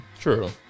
True